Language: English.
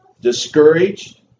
Discouraged